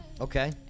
Okay